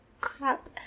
crap